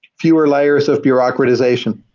fewer layers of bureaucratization.